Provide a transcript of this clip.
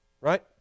right